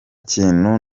kintu